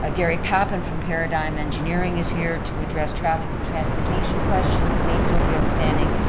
ah gary pappin from paradigm engineering is here to address traffic and transportation questions that may still be outstanding.